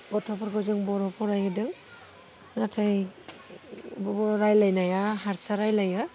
गथ'फोरखौ जों बर' फरायहोदों नाथाइ रायलायनाया हारसा रायलायो